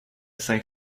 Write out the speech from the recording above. cinq